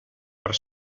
per